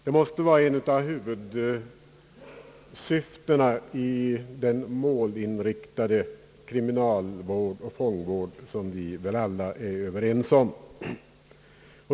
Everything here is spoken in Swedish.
Detta måste vara ett av huvudsyftena i den målinriktade kriminalvård och fångvård som vi väl alla är överens om.